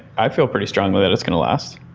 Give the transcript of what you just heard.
i feel pretty strongly that it's going to last.